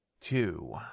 two